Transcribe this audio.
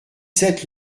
sept